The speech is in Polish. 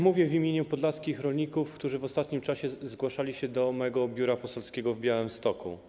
Mówię w imieniu podlaskich rolników, którzy w ostatnim czasie zgłaszali się do mojego biura poselskiego w Białymstoku.